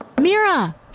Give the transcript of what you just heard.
Mira